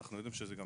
זה גם